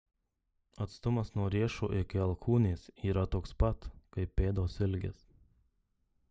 atstumas nuo riešo iki alkūnės yra toks pat kaip pėdos ilgis